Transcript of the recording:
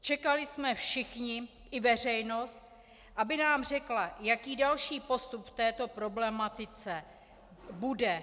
Čekali jsme všichni, i veřejnost, aby nám řekla, jaký další postup v této problematice bude.